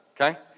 okay